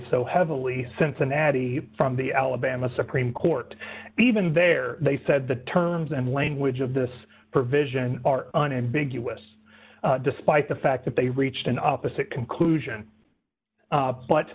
so heavily cincinnati from the alabama supreme court even there they said the terms and language of this provision are unambiguous despite the fact that they reached an opposite conclusion